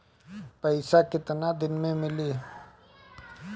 पैसा केतना दिन में मिली?